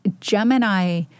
Gemini